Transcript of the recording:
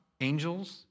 Angels